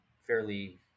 fairly